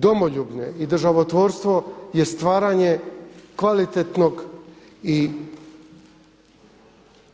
Domoljubne i državotvorstvo je stvaranje kvalitetnog i